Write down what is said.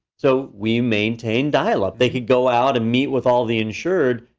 so we maintain dialogue. they could go out and meet with all the insured,